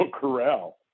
corral